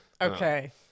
Okay